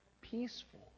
peaceful